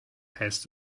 heißt